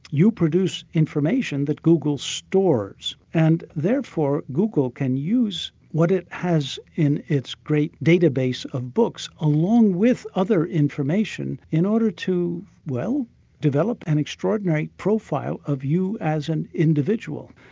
you produce information that google stores, and therefore google can use what it has in its great database of books along with other information in order to develop an extraordinary profile of you as an individual.